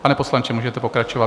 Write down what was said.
Pane poslanče, můžete pokračovat.